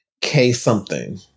K-something